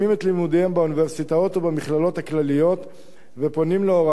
לימודיהם באוניברסיטאות ובמכללות הכלליות ופונים להוראה.